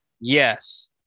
Yes